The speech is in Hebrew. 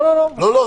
לא, לא, לא.